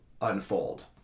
unfold